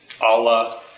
Allah